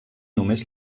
només